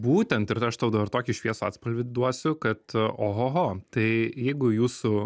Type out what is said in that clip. būtent ir at aš tau dabar tokį šviesų atspalvį duosiu kad ohoho tai jeigu jūsų